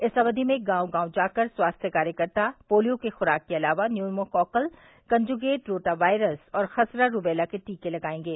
इस अवधि में गांव गांव जाकर स्वास्थ्य कार्यकर्ता पोलियो की खुराक के अलावा न्यूमोकॉकल कंजूगेट रोटावॅयरस और खसरा रूबेला के टीके लगायेंगे